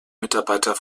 mitarbeiter